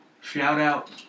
Shout-out